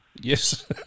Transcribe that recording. yes